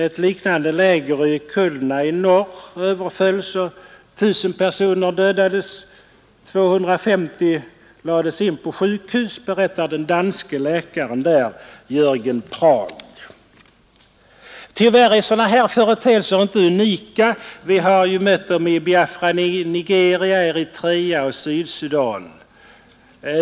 Ett liknande läger i Khulna i norr överfölls, 1000 personer dödades och 250 lades in på sjukhus, berättar den danske läkaren där, Jörgen Prag. Tyvärr är sådana här företeelser inte unika — vi har mött dem i Biafra, Nigeria, Eritrea och Sydsudan.